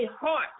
heart